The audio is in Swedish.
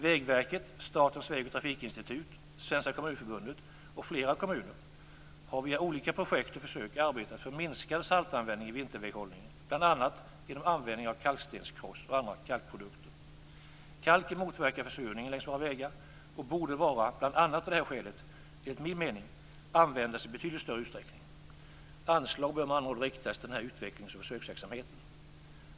Vägverket, Statens väg och trafikinstitut, Svenska kommunförbundet och flera kommuner har via olika projekt och försök arbetat för minskad saltanvändning i vinterväghållningen bl.a. genom användning av kalkstenskross och andra kalkprodukter. Kalken motverkar försurningen längs våra vägar och borde bl.a. av detta skäl enligt min mening användas i betydligt större utsträckning. Anslag bör riktas till denna utvecklingsoch försöksverksamhet.